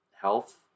health